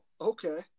okay